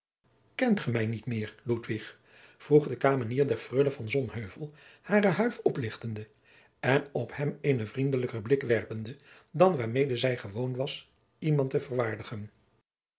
kent ge mij niet meer ludwig vroeg de kamenier der freule van sonheuvel hare huif oplichtende en op hem eenen vriendelijker blik werpende dan waarmede zij gewoon was iemand te verwaardigen